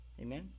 Amen